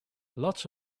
lots